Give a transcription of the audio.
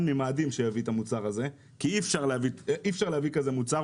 מהמאדים שיביא את המוצר הזה כי אי אפשר להביא כזה מוצר,